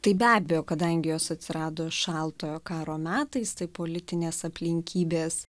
tai be abejo kadangi jos atsirado šaltojo karo metais tai politinės aplinkybės